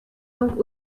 donc